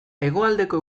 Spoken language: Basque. hegoaldeko